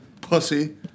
Pussy